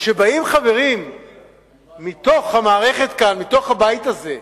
באים חברים מתוך המערכת כאן, מתוך הבית הזה,